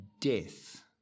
Death